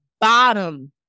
bottom